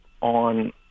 on